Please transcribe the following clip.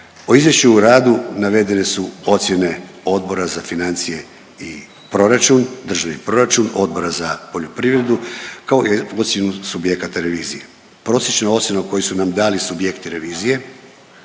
O izvješću u radu navedene su ocjene Odbora za financije i proračun, državni proračun, Odbora za poljoprivredu, kao ocjenu subjekata revizije. Prosječna ocjena koju su nam dali subjekti revizije